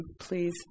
please